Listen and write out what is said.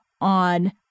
on